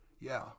Yeah